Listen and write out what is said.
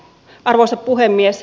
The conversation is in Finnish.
arvoisa puhemies